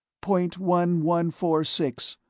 point one one four six,